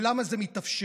ולמה זה מתאפשר?